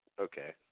okay